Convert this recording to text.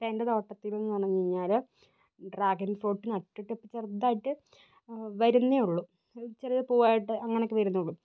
എൻ്റെ തോട്ടത്തിൽ നിന്ന് പറഞ്ഞു കഴിഞ്ഞാൽ ഡ്രാഗൺ ഫ്രൂട്ട് നട്ടിട്ട് ഇപ്പം ചെറുതായിട്ട് വരുന്നതേയുള്ളൂ ചെറിയ പൂവായിട്ട് അങ്ങനെയൊക്കെ വരുന്നതേയുള്ളൂ